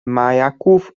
majaków